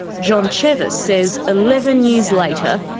john chevis says eleven years later,